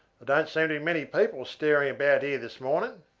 don't seem to be many people stirring about here this morning.